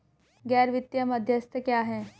गैर वित्तीय मध्यस्थ क्या हैं?